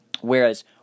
Whereas